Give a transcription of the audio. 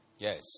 Yes